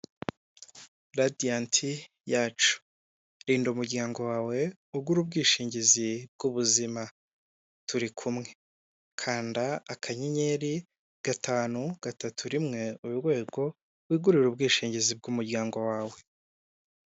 Radiyanti yacu rinda umuryango wawe ugura ubwishingizi bwubuzima, turi kumwe kanda akanyenyeri gatanu gatatu rimwe urwego wigurire ubwishingizi bw'umuryango wawe.